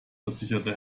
versicherte